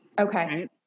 Okay